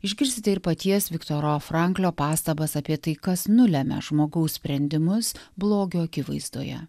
išgirsite ir paties viktoro franklio pastabas apie tai kas nulemia žmogaus sprendimus blogio akivaizdoje